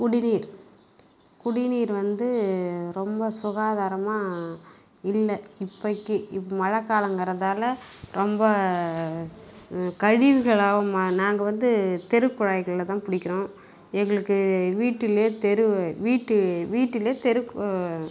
குடிநீர் குடிநீர் வந்து ரொம்ப சுகாதாரமாக இல்லை இப்போக்கி இப்போ மழைக் காலங்கிறதால ரொம்ப கழிவுகளாகவும் நாங்கள் வந்து தெருக்குழாய்களில் தான் பிடிக்குறோம் எங்குளுக்கு வீட்டிலே தெரு வீட்டு வீட்டிலே தெரு